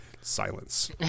Silence